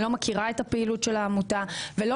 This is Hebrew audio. אני לא מכירה את הפעילות של העמותה ולא